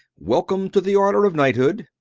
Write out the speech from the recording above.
welcome to the order of knighthood.